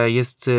jest